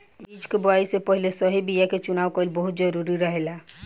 बीज के बोआई से पहिले सही बीया के चुनाव कईल बहुत जरूरी रहेला